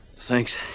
Thanks